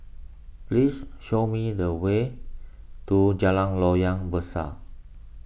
please show me the way to Jalan Loyang Besar